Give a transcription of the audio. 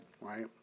right